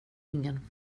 ingen